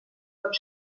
pot